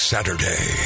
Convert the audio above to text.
Saturday